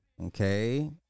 okay